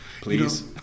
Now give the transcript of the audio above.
please